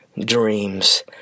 dreams